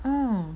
um